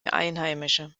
einheimische